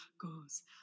goes